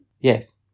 Yes